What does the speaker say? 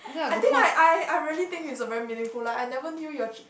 I think I I I really think it's a very meaningful lah I never knew your chi~